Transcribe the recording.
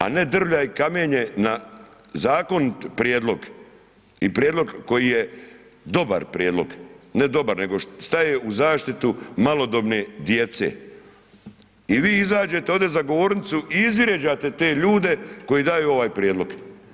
A ne drvlje i kamenje na zakonit prijedlog i prijedlog koji je dobar prijedlog, ne dobar nego staje u zaštitu malodobne djece i vi izađete ovdje za govornicu i izvrijeđate te ljudi koji daju ovaj prijedlog.